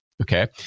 Okay